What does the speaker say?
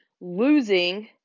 losing